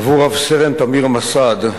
עבור רב-סרן תמיר מסד,